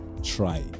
try